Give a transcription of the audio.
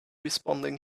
responding